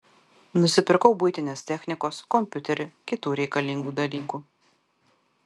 nusipirkau buitinės technikos kompiuterį kitų reikalingų dalykų